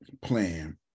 plan